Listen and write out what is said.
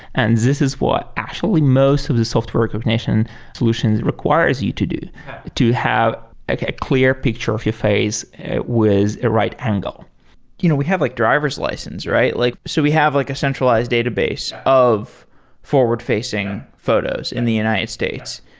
and this is what actually most of the software recognition solutions requires you to do to have a clear picture of your face with a right angle you know we have like driver s license. like so we have like a centralized database of forward-facing photos in the united states.